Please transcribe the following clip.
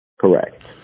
Correct